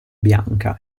bianca